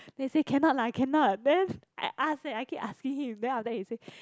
then he say cannot lah cannot then I ask eh keep asking him then after that he say